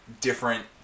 different